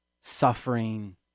suffering